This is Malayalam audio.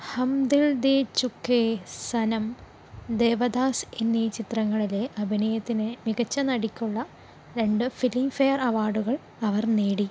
ഹം ദിൽ ധി ചുക്കെ സനം ദേവദാസ് എന്നീ ചിത്രങ്ങളിലെ അഭിനയത്തിന് മികച്ച നടിക്കുള്ള രണ്ട് ഫിലിംഫെയർ അവാർഡുകൾ അവർ നേടി